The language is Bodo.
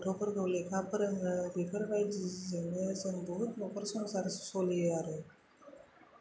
गथ'फोरखौ लेखा फोरोङो बेफोरबायदिजोंनो जों बुहुद नखर संसार सोलियो आरो